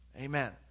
Amen